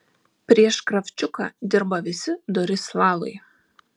prieš kravčiuką dirba visi dori slavai